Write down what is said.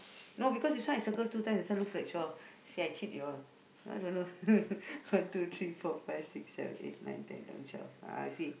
no because this one is circle two time this one looks like twelve see I cheat you all ah don't know one two three four five six seven eight nine ten eleven twelve ah you see